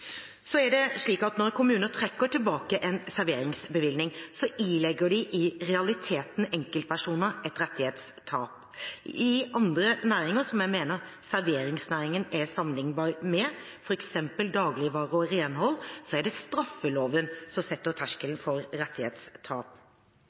Når kommuner trekker tilbake en serveringsbevilling, ilegger de i realiteten enkeltpersoner et rettighetstap. I andre næringer som jeg mener serveringsnæringen er sammenlignbar med, f.eks. dagligvare og renhold, er det straffeloven som setter